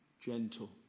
Gentle